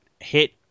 hit